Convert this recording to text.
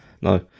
No